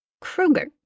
Kruger